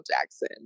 Jackson